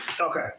Okay